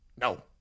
No